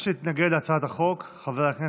לרשותך.